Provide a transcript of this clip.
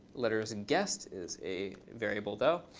lettersguessed is a variable, though.